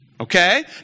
okay